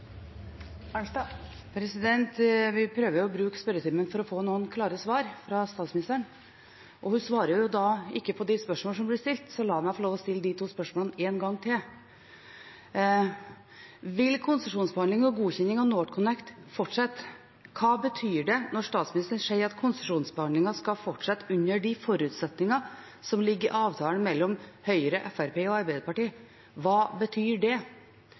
Arnstad – til oppfølgingsspørsmål. Vi prøver å bruke spørretimen til å få noen klare svar fra statsministeren. Hun svarer ikke på de spørsmålene som blir stilt. Så la meg få lov å stille de to spørsmålene en gang til. Vil konsesjonsbehandling og godkjenning av NorthConnect fortsette? Hva betyr det når statsministeren sier at konsesjonsbehandlingen skal fortsette under de forutsetninger som ligger i avtalen mellom Høyre, Fremskrittspartiet og Arbeiderpartiet? Hva betyr det?